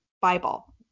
Bible